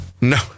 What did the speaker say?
No